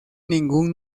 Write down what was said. ningún